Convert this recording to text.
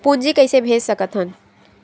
पूंजी कइसे भेज सकत हन?